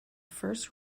first